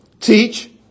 teach